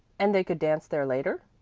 and they could dance there later?